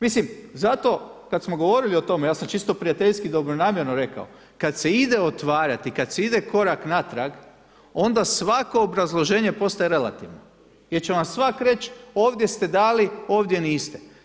Mislim zato kada smo govorili o tome, ja sam čisto prijateljski dobronamjerno rekao, kada se ide otvarati, kada se ide korak natrag, onda svako obrazloženje postaje relativno, jer će vam svako reći ovdje ste dali, ovdje niste.